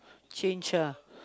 change ah